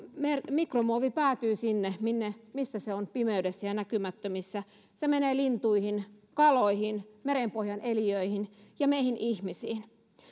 mikromuovi päätyy sinne missä se on pimeydessä ja näkymättömissä se menee lintuihin kaloihin merenpohjan eliöihin ja meihin ihmisiin